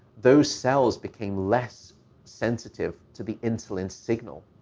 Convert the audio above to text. those cells became less sensitive to the insulin signal.